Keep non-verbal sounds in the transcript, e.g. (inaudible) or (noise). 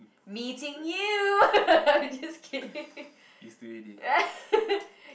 meeting you (laughs) just kidding (laughs)